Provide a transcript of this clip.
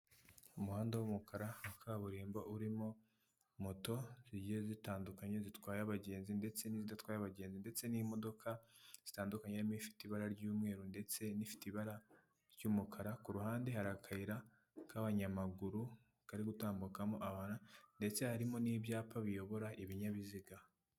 Umuhanda w'umukara wa kaburimbo urimo moto zigiye zitandukanye zitwaye abagenzi ndetse n'izidatwaye abagenzi, ndetse n'imodoka zitandukanye harimo ifite ibara ry'umweru ndetse n'ifite ibara ry'umukara, ku ruhande hari akayira k'abanyamaguru kari gutambukamo abara ndetse harimo n'ibyapa biyobora ibinyabiziga.